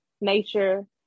nature